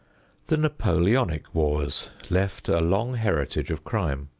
the napoleonic wars left a long heritage of crime.